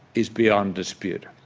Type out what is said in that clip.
is beyond dispute.